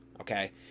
Okay